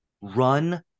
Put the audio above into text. Run